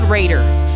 Raiders